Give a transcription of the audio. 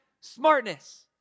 smartness